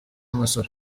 masoro